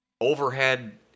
overhead